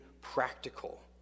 practical